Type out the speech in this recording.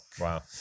Wow